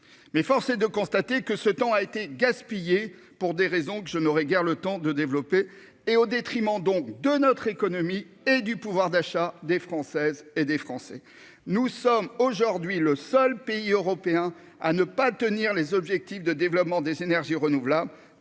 mais force est de constater que ce temps a été gaspillé pour des raisons que je n'aurait guère le temps de développer et au détriment, donc de notre économie et du pouvoir d'achat des Françaises et des Français, nous sommes aujourd'hui le seul pays européen à ne pas tenir les objectifs de développement des énergies renouvelables,